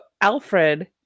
Alfred